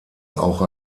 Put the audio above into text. auch